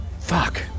fuck